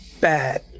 bad